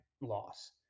loss